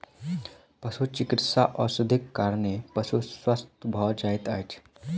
पशुचिकित्सा औषधिक कारणेँ पशु स्वस्थ भ जाइत अछि